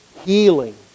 healing